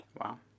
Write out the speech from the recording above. Wow